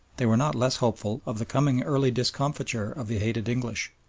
they were not less hopeful of the coming early discomfiture of the hated english.